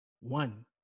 One